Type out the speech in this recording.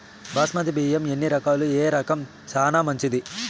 బాస్మతి బియ్యం ఎన్ని రకాలు, ఏ రకం చానా మంచిది?